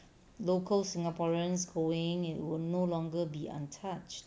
local singaporeans going and will no longer be untouched